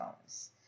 phones